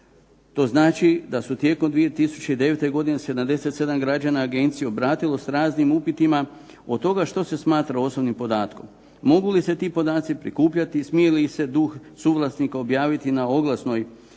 To znači da su tijekom 2009. godine 77 građana agenciji obratilo s raznim upitima, od toga što se smatra osobnim podatkom, mogu li se ti podaci prikupljati, smije li ih se …/Ne razumije se./… suvlasnika objaviti na oglasnoj